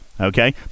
Okay